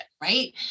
right